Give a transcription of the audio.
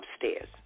upstairs